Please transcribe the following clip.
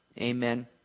Amen